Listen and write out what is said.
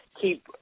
keep